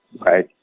Right